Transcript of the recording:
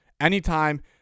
Anytime